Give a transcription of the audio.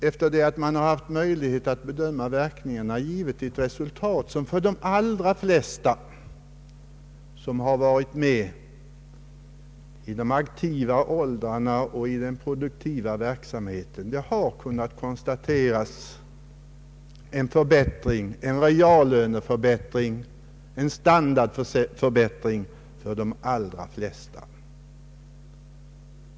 Efter det att man har haft möjlighet att bedöma verkningarna av den förda politiken har man ändå kunnat konstatera en förbättring för de allra flesta i de aktiva åldrarna och i den produktiva verksamheten — en reallöneförbättring och en standardförbättring.